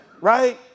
right